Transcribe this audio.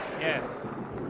Yes